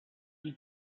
die